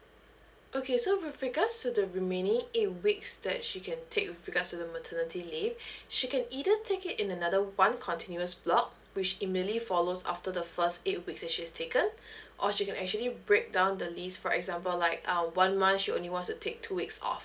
okay so with regards to the remaining eight weeks that she can take with regards to the maternity leave she can either take it in another one continuous block which immediately follows after the first eight weeks that she has taken or she can actually break down the leaves for example like o~ uh one month she only wants to take two weeks off